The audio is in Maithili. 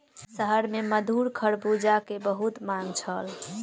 शहर में मधुर खरबूजा के बहुत मांग छल